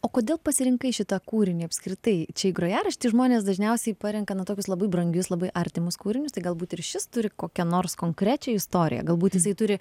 o kodėl pasirinkai šitą kūrinį apskritai čia grojaraštį žmonės dažniausiai parenka na tokius labai brangius labai artimus kūrinius tai galbūt ir šis turi kokią nors konkrečią istoriją galbūt jisai turi